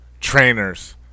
Trainers